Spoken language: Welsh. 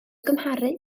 gymharu